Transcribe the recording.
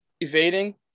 evading